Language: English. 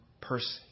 person